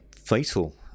fatal